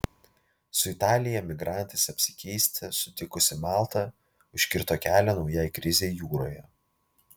su italija migrantais apsikeisti sutikusi malta užkirto kelią naujai krizei jūroje